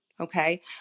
okay